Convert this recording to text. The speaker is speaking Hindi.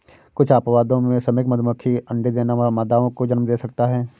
कुछ अपवादों में, श्रमिक मधुमक्खी के अंडे देना मादाओं को जन्म दे सकता है